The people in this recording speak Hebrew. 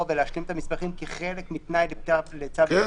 ולהשלים את המסמכים כחלק מתנאי לצו ---?